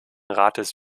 rates